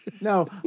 No